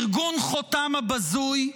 ארגון חותם הבזוי,